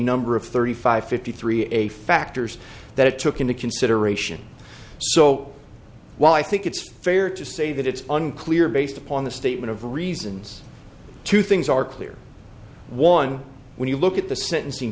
number of thirty five fifty three a factors that took into consideration so while i think it's fair to say that it's unclear based upon the statement of reasons two things are clear one when you look at the sentencing